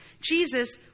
Jesus